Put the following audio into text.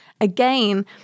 again